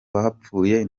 bapfuye